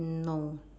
no